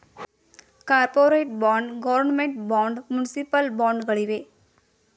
corporate bond, government bond, municipal bond ಗಳಿವೆ